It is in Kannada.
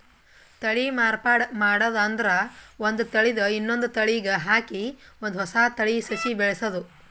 ತಳಿ ಮಾರ್ಪಾಡ್ ಮಾಡದ್ ಅಂದ್ರ ಒಂದ್ ತಳಿದ್ ಇನ್ನೊಂದ್ ತಳಿಗ್ ಹಾಕಿ ಒಂದ್ ಹೊಸ ತಳಿ ಸಸಿ ಬೆಳಸದು